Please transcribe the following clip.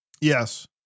yes